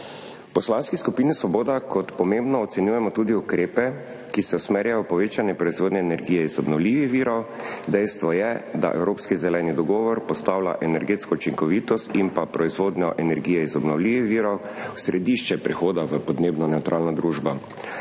Poslanski skupini Svoboda kot pomembno ocenjujemo tudi ukrepe, ki se usmerjajo v povečanje proizvodnje energije iz obnovljivih virov. Dejstvo je, da evropski zeleni dogovor postavlja energetsko učinkovitost in pa proizvodnjo energije iz obnovljivih virov v središče prehoda v podnebno nevtralno družbo.